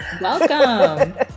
Welcome